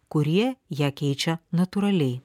kurie ją keičia natūraliai